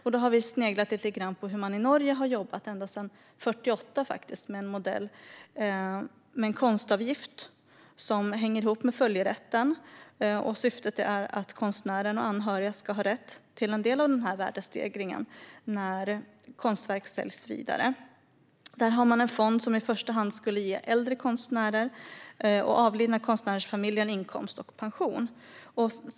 Vi har sneglat lite grann på hur man har jobbat i Norge ända sedan 1948 med en modell med en konstavgift som hänger ihop med följerätten. Syftet är att konstnären och konstnärens anhöriga ska ha rätt till en del av värdestegringen när konstverk säljs vidare. Man har en fond som i första hand ska ge äldre konstnärer och avlidna konstnärers familjer en inkomst och pension.